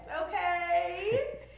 okay